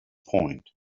point